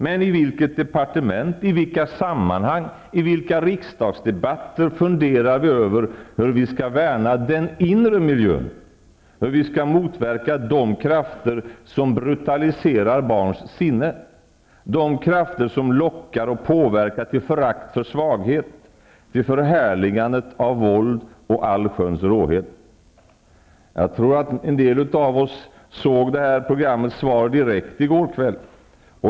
Men i vilket departement, i vilka sammanhang, i vilka riksdagsdebatter funderar vi över hur vi skall värna om den inre miljön, hur vi skall motverka de krafter som brutaliserar barns sinnen, de krafter som lockar och påverkar till förakt för svaghet, till förhärligandet av våld och allsköns råhet? En del av oss såg nog TV-programmet Svar direkt i går kväll.